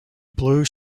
blue